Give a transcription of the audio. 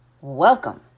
Welcome